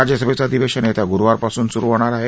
राज्यसभेचं अधिवेशन येत्या गुरुवापासून सुरु होणार आहे